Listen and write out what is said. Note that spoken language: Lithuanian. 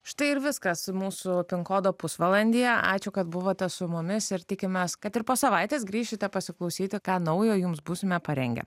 štai ir viskas mūsų pin kodo pusvalandyje ačiū kad buvote su mumis ir tikimės kad ir po savaitės grįšite pasiklausyti ką naujo jums būsime parengę